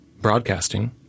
broadcasting